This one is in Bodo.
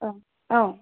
ओं औ